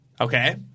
Okay